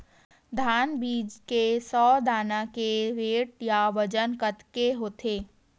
धान बीज के सौ दाना के वेट या बजन कतके होथे?